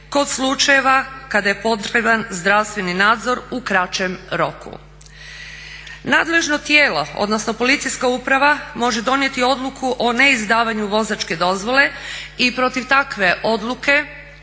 kod slučajeva kada je potreban zdravstveni nadzor u kraćem roku. Nadležno tijelo odnosno policijska uprava može donijeti odluku o neizdavanju vozačke dozvole i protiv takve odluke